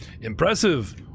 Impressive